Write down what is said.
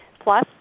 plus